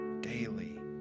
daily